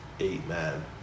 amen